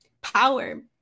power